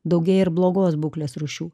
daugėja ir blogos būklės rūšių